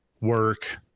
work